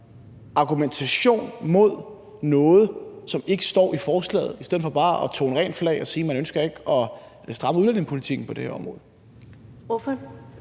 argumentation mod noget, som ikke står i forslaget, i stedet for bare at tone rent flag og sige, at man ikke ønsker at stramme udlændingepolitikken på det her område?